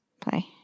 play